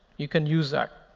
you can use that.